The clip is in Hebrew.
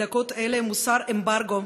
בדקות אלה מוסר אמברגו